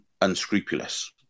unscrupulous